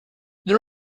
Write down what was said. there